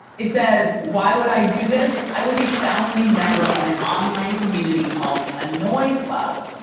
it says why would i do this? i was a founding member of an online community called anois club,